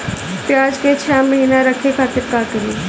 प्याज के छह महीना रखे खातिर का करी?